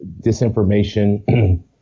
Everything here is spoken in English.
disinformation